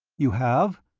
you have?